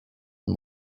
and